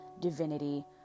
divinity